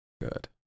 Good